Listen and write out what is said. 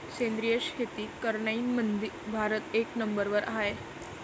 सेंद्रिय शेती करनाऱ्याईमंधी भारत एक नंबरवर हाय